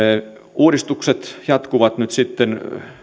uudistukset jatkuvat nyt sitten